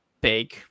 big